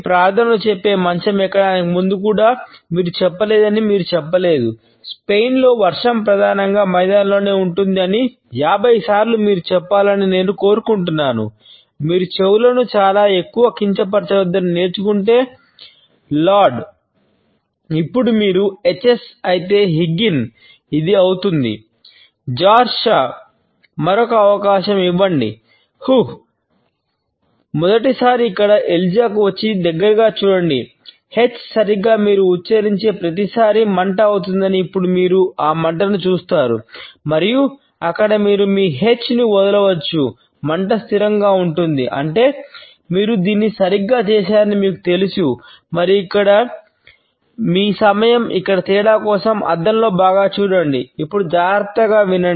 George Shaw మరొక అవకాశం ఇవ్వండి